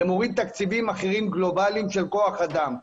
זה מוריד תקציבים אחרים גלובליים של כוח אדם.